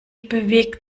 bewegt